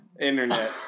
internet